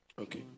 Okay